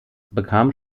bekam